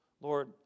Lord